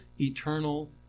eternal